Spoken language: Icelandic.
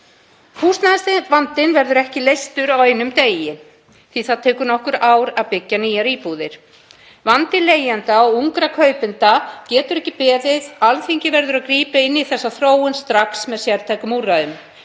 Húsnæðisvandinn verður ekki leystur á einum degi því að það tekur nokkur ár að byggja nýjar íbúðir. Vandi leigjenda og ungra kaupenda getur ekki beðið. Alþingi verður að grípa inn í þessa þróun strax með sértækum úrræðum.